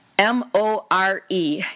M-O-R-E